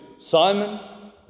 Simon